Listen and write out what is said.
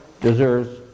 deserves